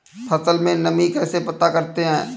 फसल में नमी कैसे पता करते हैं?